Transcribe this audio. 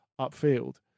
upfield